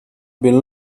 been